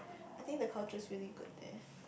I think the culture is really good there